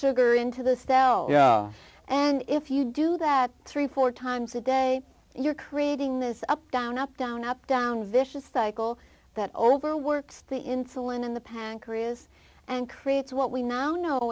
sugar into the cell yeah and if you do that thirty four times a day you're creating this up down up down up down a vicious cycle that over works the insulin in the pancreas and creates what we now know